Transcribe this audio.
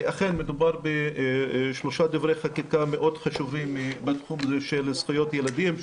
אכן מדובר בשלושה דברי חקיקה מאוד חשובים מהתחום הזה של זכויות ילדים,